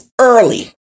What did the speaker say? early